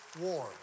War